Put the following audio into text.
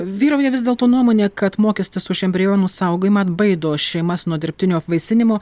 vyrauja vis dėlto nuomonė kad mokestis už embrionų saugojimą atbaido šeimas nuo dirbtinio apvaisinimo